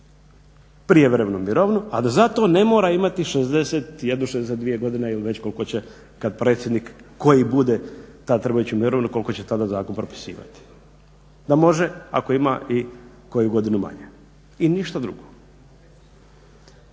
prijevremenu mirovinu, a da za to ne mora imati 61, 62 godine ili već koliko će kad predsjednik koji bude tad trebao ići u mirovinu koliko će tada zakon propisivati. Da može ako ima i koju godinu manje. I ništa drugo.